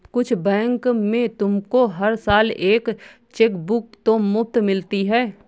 कुछ बैंक में तुमको हर साल एक चेकबुक तो मुफ़्त मिलती है